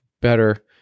better